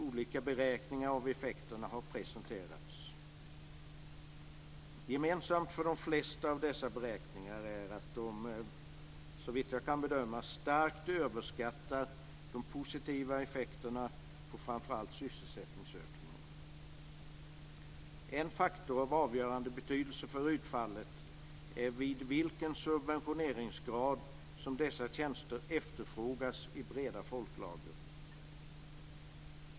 Olika beräkningar av effekterna har presenterats. Gemensamt för de flesta av dessa beräkningar är att de såvitt jag kan bedöma starkt överskattar de positiva effekterna på framför allt sysselsättningsökningen. En faktor av avgörande betydelse för utfallet är vid vilken subventioneringsgrad som dessa tjänster efterfrågas i breda folklager.